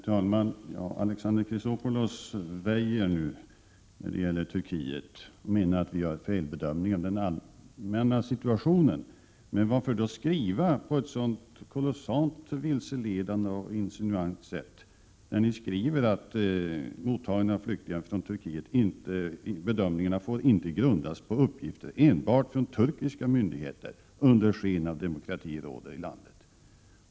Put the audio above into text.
Herr talman! Alexander Chrisopoulos väjer nu i fråga om Turkiet och menar att vi gör en felbedömning av den allmänna situationen. Men varför då skriva på ett så kolossalt vilseledande och insinuant sätt i reservationen att åtgärder bör vidtas så att ”bedömningar vid mottagandet av flyktingar från Turkiet inte grundas på uppgifter enbart från turkiska myndigheter under sken av att demokrati råder i landet”?